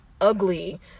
ugly